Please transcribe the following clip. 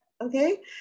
okay